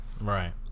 Right